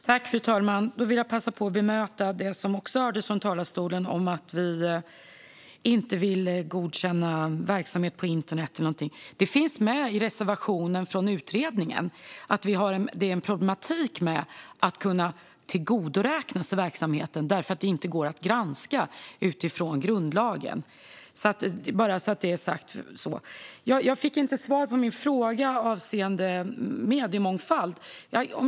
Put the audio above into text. Fru talman! Jag vill passa på att bemöta det som också hördes från talarstolen om att vi inte vill godkänna verksamhet på internet eller något sådant. Det finns med i reservationen i utredningen. Det står att det finns en problematik när man ska tillgodoräkna sig den verksamheten därför att det inte går att granska utifrån grundlagen. Jag vill att det ska vara sagt. Jag fick inte svar på min fråga avseende mediemångfald.